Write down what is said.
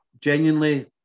genuinely